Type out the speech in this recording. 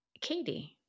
Katie